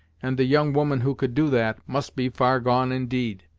and the young woman who could do that, must be far gone indeed!